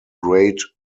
grade